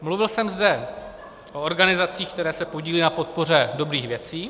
Mluvil jsem zde o organizacích, které se podílí na podpoře dobrých věcí.